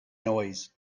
noise